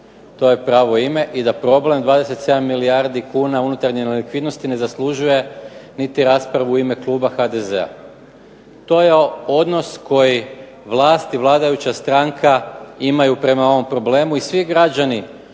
to je pravo ime, i da problem 27 milijardi kuna unutarnje nelikvidnosti ne zaslužuje niti raspravu u ime kluba HDZ-a. To je odnos koji vlast i vladajuća stranka imaju prema ovom problemu i svi građani